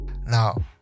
Now